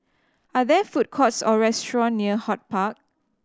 are there food courts or restaurant near HortPark